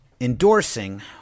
endorsing